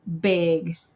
big